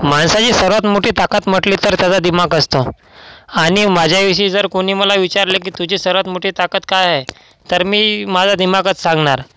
माणसाची सर्वात मोठी ताकद म्हटली तर त्याचा दिमाग असतं आणि माझ्याविषयी जर कोणी मला विचारलं की तुझी सर्वात मोठी ताकद काय आहे तर मी माझा दिमागच सांगणार